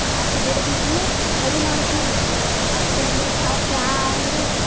हाँ तो दे दीजिए आपके लिए आप यहाँ आयेंगे